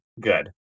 good